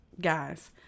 guys